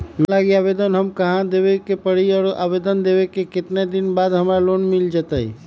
Loan लागी आवेदन हमरा कहां देवे के पड़ी और आवेदन देवे के केतना दिन बाद हमरा लोन मिल जतई?